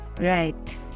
Right